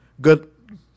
good